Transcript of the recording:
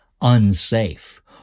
unsafe